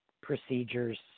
procedures